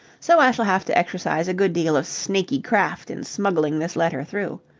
so i shall have to exercise a good deal of snaky craft in smuggling this letter through.